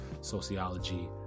sociology